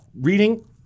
Reading